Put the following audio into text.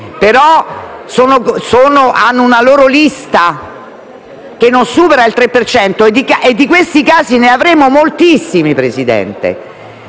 avendo una loro lista che non supera il 3 per cento. Di questi casi ne avremo moltissimi, Presidente,